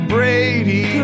Brady